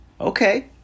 Okay